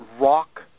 rock